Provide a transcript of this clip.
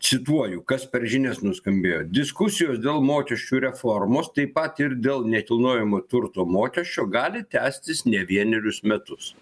cituoju kas per žinias nuskambėjo diskusijos dėl mokesčių reformos taip pat ir dėl nekilnojamo turto mokesčio gali tęstis ne vienerius metus